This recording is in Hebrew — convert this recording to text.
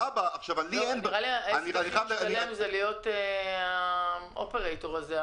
נראה לי שהכי משתלם זה להיות האופרייטור הזה,